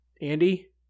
Andy